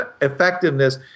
effectiveness